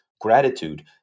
gratitude